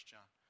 John